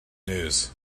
news